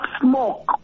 smoke